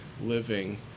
living